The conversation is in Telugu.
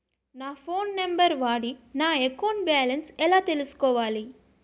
నా ఫోన్ నంబర్ వాడి నా అకౌంట్ బాలన్స్ ఎలా తెలుసుకోవాలి?